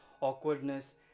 awkwardness